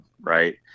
right